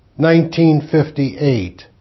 1958